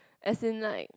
as in like